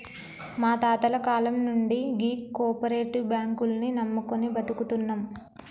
మా తాతల కాలం నుండి గీ కోపరేటివ్ బాంకుల్ని నమ్ముకొని బతుకుతున్నం